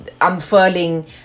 unfurling